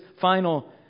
final